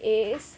is